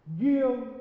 give